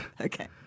Okay